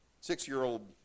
Six-year-old